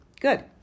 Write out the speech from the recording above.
Good